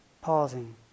pausing